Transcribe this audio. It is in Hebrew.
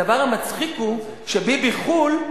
הדבר המצחיק הוא שביבי-חו"ל,